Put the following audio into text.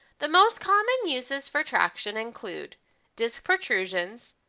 the most common uses for traction include disc protrusions,